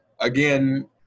again